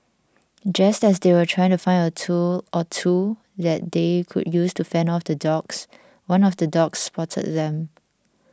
just as they were trying to find a tool or two that they could use to fend off the dogs one of the dogs spotted them